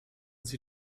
sie